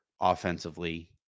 offensively